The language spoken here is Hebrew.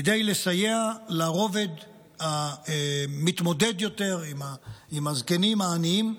כדי לסייע לרובד המתמודד יותר, לזקנים העניים,